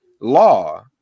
law